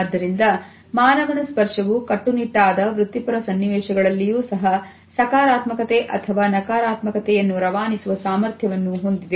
ಆದ್ದರಿಂದ ಮಾನವನ ಸ್ಪರ್ಶವು ಕಟ್ಟುನಿಟ್ಟಾದ ವೃತ್ತಿಪರ ಸನ್ನಿವೇಶಗಳಲ್ಲಿಯೂ ಸಹ ಸಕಾರಾತ್ಮಕತೆ ಅಥವಾ ನಕಾರಾತ್ಮಕತೆಯನ್ನು ರವಾನಿಸುವ ಸಾಮರ್ಥ್ಯವನ್ನು ಹೊಂದಿದೆ